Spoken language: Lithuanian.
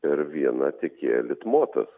per vieną tiekėją litmotas